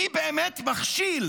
מי באמת מכשיל